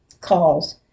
calls